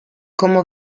como